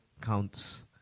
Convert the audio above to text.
counts